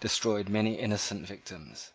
destroyed many innocent victims